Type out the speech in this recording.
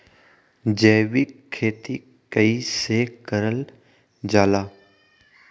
जैविक खेती कई से करल जाले?